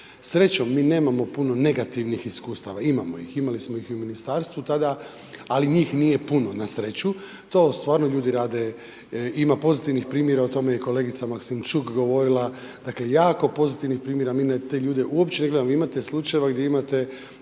Srećom, mi nemamo puno negativnih iskustava, imamo ih, imali smo ih i u ministarstvu tada ali njih nije puno na sreću. To stvarno ljudi rade, ima pozitivnih primjera, o tome je i kolegica Maksimčuk govorila. Dakle jako pozitivnih primjera. Mi na te ljude uopće ne gledamo, vi imate slučajeva gdje imate